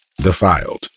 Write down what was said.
defiled